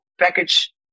package